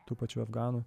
tų pačių afganų